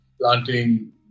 planting